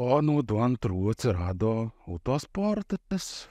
o nuo du antrų atsirado autosportas